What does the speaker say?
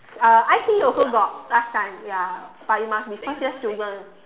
uh I_T_E also got last time ya but you must be first year student